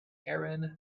aaron